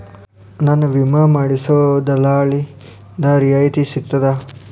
ನನ್ನ ವಿಮಾ ಮಾಡಿಸೊ ದಲ್ಲಾಳಿಂದ ರಿಯಾಯಿತಿ ಸಿಗ್ತದಾ?